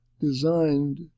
designed